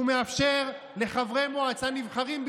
שמאפשר לחברי מועצה נבחרים,